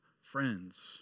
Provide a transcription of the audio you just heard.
friends